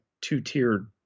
two-tiered